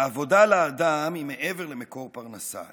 העבודה לאדם היא מעבר למקור פרנסה,